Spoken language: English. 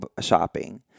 shopping